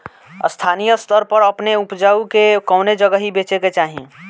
स्थानीय स्तर पर अपने ऊपज के कवने जगही बेचे के चाही?